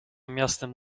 miastem